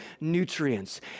nutrients